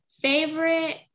favorite